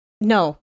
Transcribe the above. No